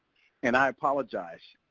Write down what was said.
and i apologize,